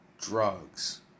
drugs